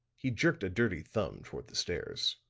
he jerked a dirty thumb toward the stairs.